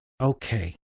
okay